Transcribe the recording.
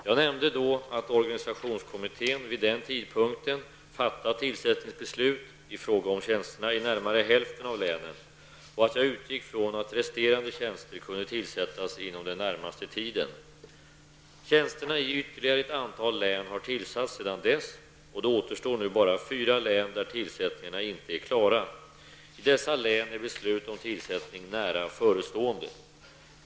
Jag nämnde då att organisationskommittén vid den tidpunkten fattat tillsättningsbeslut i fråga om tjänsterna i närmare hälften av länen och att jag utgick från att resterande tjänster kunde tillsättas inom den närmaste tiden. Tjänsterna i ytterligare ett antal län har tillsatts sedan dess, och det återstår nu bara fyra län där tillsättningarna inte är klara. I dessa län är beslut om tillsättning nära förestående.